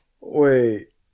Wait